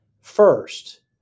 first